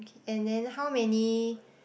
and then how many